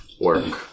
work